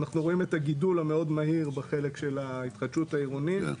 אנחנו רואים את הגידול המאוד מהיר בחלק של ההתחדשות העירונית,